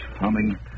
humming